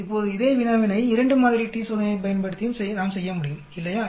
இப்போது இதே வினாவினை 2 மாதிரி t சோதனையை பயன்படுத்தியும் நாம் செய்ய முடியும் இல்லையா